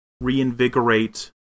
reinvigorate